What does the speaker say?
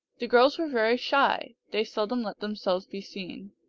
the girls were very shy. they seldom let themselves be seen.